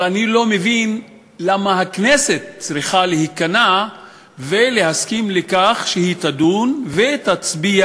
אבל אני לא מבין למה הכנסת צריכה להיכנע ולהסכים לדון ולהצביע